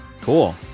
cool